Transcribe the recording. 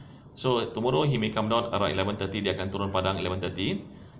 so tomorrow he may come down around eleven thirty dia akan turun padang eleven thirty